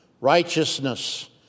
Righteousness